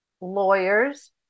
lawyers